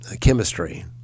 chemistry